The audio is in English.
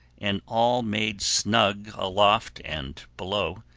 and all made snug aloft and below,